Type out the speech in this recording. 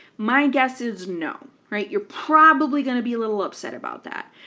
my guess is, no. right? you're probably going to be a little upset about that.